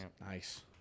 Nice